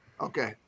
Okay